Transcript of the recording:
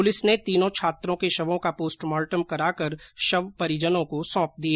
police ने तीनों छात्रों के शवों का पोस्टमार्टम कराकर शव परिजनों को सौंप दिए